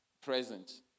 present